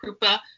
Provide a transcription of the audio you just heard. Krupa